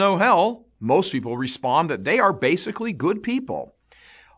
no hell most people respond that they are basically good people